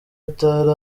atari